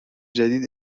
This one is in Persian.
جدید